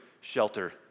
shelter